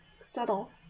subtle